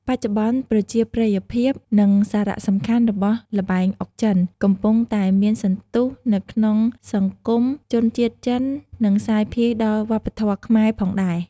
បច្ចុប្បន្នប្រជាប្រិយភាព និងសារៈសំខាន់របស់ល្បែងអុកចិន កំពុងតែមានសន្ទុះនៅក្នុងសង្គមជនជាតិចិននិងសាយភាយដល់វប្បធម៌ខ្មែរផងដែរ។